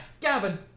Gavin